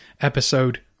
episode